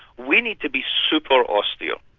we need to be super-austere.